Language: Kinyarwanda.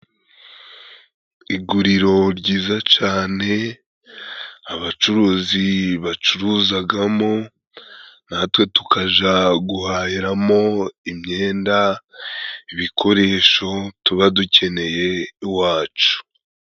Iguriro ryiza cane abacuruzi bacuruzagamo, natwe tukaja guhahiramo imyenda, ibikoresho tuba dukeneye iwacu.